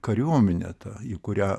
kariuomenė ta į kurią